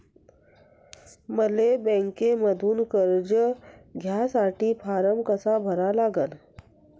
मले बँकेमंधून कर्ज घ्यासाठी फारम कसा भरा लागन?